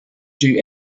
dom